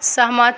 सहमत